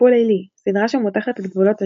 "טיפול לילי" סדרה שמותחת את גבולות הז'אנר,